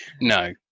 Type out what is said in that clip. no